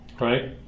right